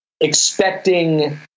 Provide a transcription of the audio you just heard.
expecting